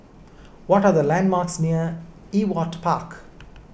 what are the landmarks near Ewart Park